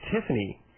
Tiffany